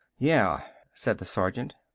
yeah, said the sergeant.